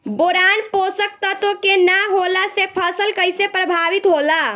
Boron पोषक तत्व के न होला से फसल कइसे प्रभावित होला?